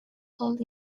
held